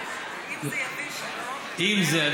אם זה יביא שלום,